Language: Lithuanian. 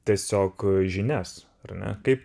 tiesiog žinias ar ne kaip